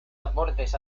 aportes